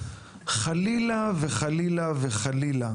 חלילה וחלילה וחלילה